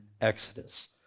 exodus